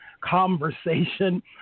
conversation